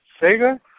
Sega